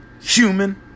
human